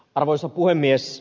arvoisa puhemies